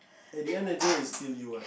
at the end of the day it's still you what